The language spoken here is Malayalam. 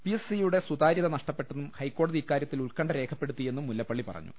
പി എസ് സി യുടെ സുതാര്യത നഷ്ടപ്പെട്ടെന്നും ഹൈക്കോടതി ഇക്കാര്യത്തിൽ ഉത്ക്കണ്ഠ രേഖപ്പെടുത്തിയെന്നും മുല്ലപ്പള്ളി പറഞ്ഞു